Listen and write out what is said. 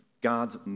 God's